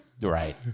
Right